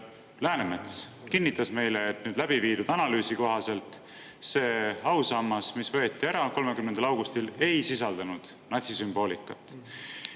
Läänemets, kinnitas meile, et nüüd läbiviidud analüüsi kohaselt see ausammas, mis võeti ära 30. augustil, ei sisaldanud natsisümboolikat.